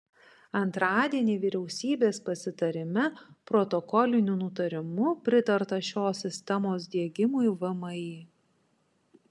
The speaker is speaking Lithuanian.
antradienį vyriausybės pasitarime protokoliniu nutarimu pritarta šios sistemos diegimui vmi